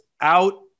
out